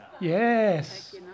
Yes